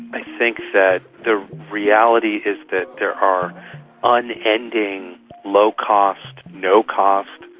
i think that the reality is that there are unending low-cost, no-cost,